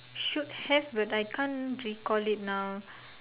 should have but I can't recall it now